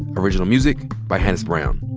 original music by hannis brown.